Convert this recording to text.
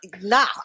Nah